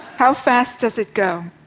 how fast does it go?